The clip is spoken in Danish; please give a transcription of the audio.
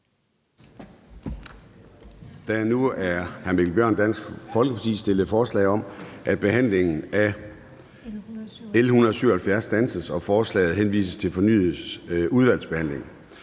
er nu af hr. Mikkel Bjørn, Dansk Folkeparti, stillet forslag om, at behandlingen af L 177 standses, og at lovforslaget henvises til fornyet udvalgsbehandling.